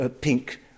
pink